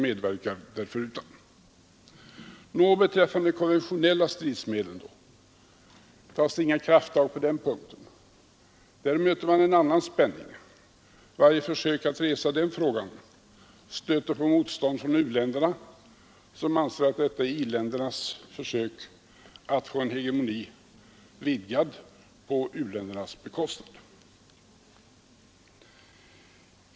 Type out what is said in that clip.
Nå, men beträffande konventionella stridsmedel då; har det inte tagits några krafttag på den punkten? Där möter man en annan spänning. Varje försök att resa den frågan stöter på motstånd från u-länderna, som anser att detta är i-ländernas försök att få sin hegemoni vidgad på u-ländernas bekostnad.